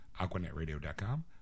AquanetRadio.com